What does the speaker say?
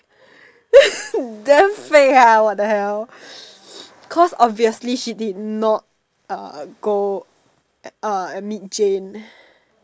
damn fake ah what the hell cause obviously she did not uh go uh and meet Jane